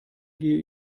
gehe